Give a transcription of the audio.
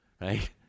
right